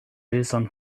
reason